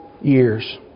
years